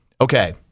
Okay